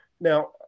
Now